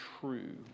true